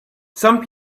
some